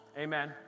Amen